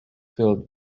filled